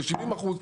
ב-70%.